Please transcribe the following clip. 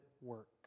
work